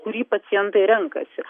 kurį pacientai renkasi